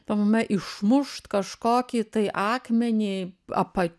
tame išmušt kažkokį tai akmenį apa